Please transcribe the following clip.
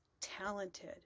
talented